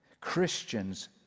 Christians